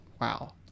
wow